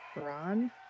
Ron